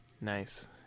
Nice